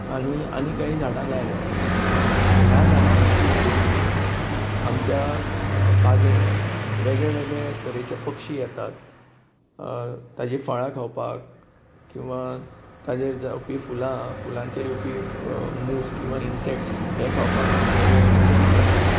आनी आनी कांय झाडां लायल्यात आतां ह्या झाडां खातीर आमच्या बागेंत वेगळे वेगळे तरेचे पक्षी येतात ताची फळां खावपाक किंवा ताचेर जावपी फुलां फुलांचेर येवपी मूस किंवा इनसेक्ट्स हे खावपाक वेगळे वेगळे पक्षी येतात